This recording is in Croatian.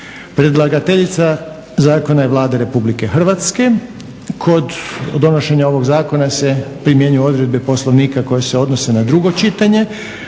Predlagateljica zakona je Vlada Republike Hrvatske. Kod donošenja ovog zakona se primjenjuju odredbe Poslovnika koje se odnose na drugo čitanje.